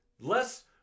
less